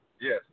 Yes